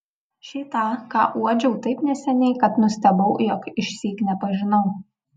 šį tą ką uodžiau taip neseniai kad nustebau jog išsyk nepažinau